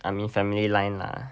I mean family line lah